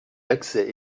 d’accès